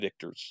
predictors